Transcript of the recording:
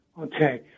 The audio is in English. Okay